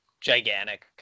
gigantic